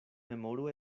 memoru